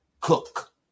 cook